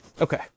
Okay